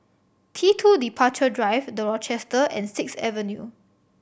T Two Departure Drive The Rochester and Sixth Avenue